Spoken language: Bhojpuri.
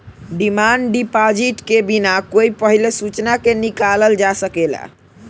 डिमांड डिपॉजिट के बिना कोई पहिले सूचना के निकालल जा सकेला